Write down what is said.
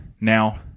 Now